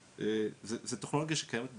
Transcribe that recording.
זו טכנולוגיה שקיימת בשוק,